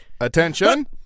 Attention